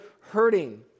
hurting